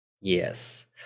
Yes